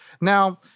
Now